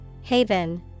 Haven